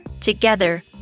Together